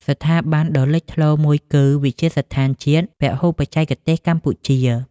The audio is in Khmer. ស្ថាប័នដ៏លេចធ្លោមួយគឺ វិទ្យាស្ថានជាតិពហុបច្ចេកទេសកម្ពុជា។